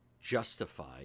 justify